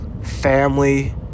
Family